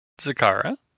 Zakara